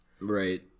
right